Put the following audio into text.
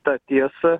tą tiesą